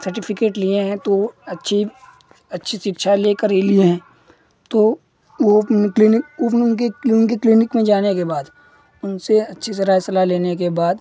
certificate लिए हैं तो अच्छी अच्छी शिक्षा लेकर ही लिए हैं तो वह क्लीनिक उनकी क्लीनिक में जाने के बाद उनसे अच्छी तरह सलाह लेने के बाद